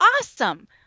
Awesome